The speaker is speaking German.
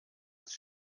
ist